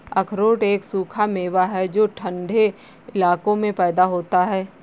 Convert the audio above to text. अखरोट एक सूखा मेवा है जो ठन्डे इलाकों में पैदा होता है